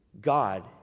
God